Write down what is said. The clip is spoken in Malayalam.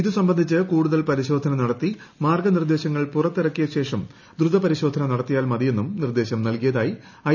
ഇത് സംബന്ധിച്ച് കൂടുതൽ പരിശോധന നടത്തി മാർഗ്ഗനിർദ്ദേശങ്ങൾ പുറത്തിറക്കിയ ശേഷം ദ്രുത പരിശോധന നടത്തിയാൽ മതിയെന്നും നിർദ്ദേശം നൽകിയതായി ഐ